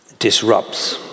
disrupts